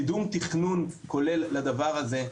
קידום תכנון כולל לדבר הזה,